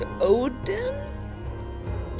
Odin